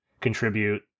contribute